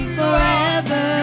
forever